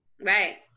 Right